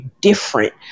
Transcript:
different